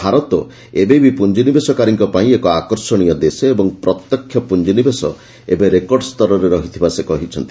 ଭାରତ ଏବେବି ପ୍ରଞ୍ଜିନିବେଶକାରୀଙ୍କ ପାଇଁ ଏକ ଆକର୍ଷଣୀୟ ଦେଶ ଏବଂ ପ୍ରତ୍ୟକ୍ଷ ପୁଞ୍ଜନିବେଶ ଏବେ ରେକର୍ଡସ୍ତରରେ ରହିଥିବା ସେ କହିଛନ୍ତି